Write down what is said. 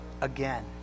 again